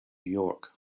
york